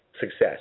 success